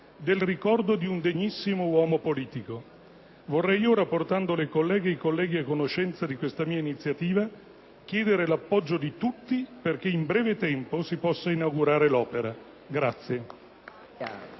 del ricordo di un degnissimo uomo politico. Vorrei ora, portando le colleghe e i colleghi a conoscenza di questa mia iniziativa, chiedere l'appoggio di tutti perché in breve tempo si possa inaugurare l'opera.